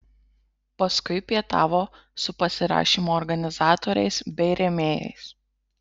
paskui pietavo su pasirašymo organizatoriais bei rėmėjais